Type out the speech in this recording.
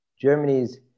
Germany's